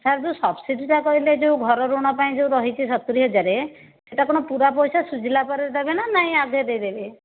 sir ଯେଉଁ ସବସିଡ଼ିଟା କହିଲେ ଯେଉଁ ଘର ଋଣ ପାଇଁ ଯେଉଁ ରହିଛି ସତୁରି ହଜାରେ ସେଇଟା ଆପଣ ପୁରା ପଇସା ସୁଝିଲା ପରେ ଦେବେ ନା ନାହିଁ ଆଗେ ଦେଇ ଦେବେ